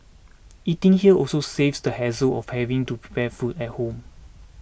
eating here also saves the hassle of having to prepare food at home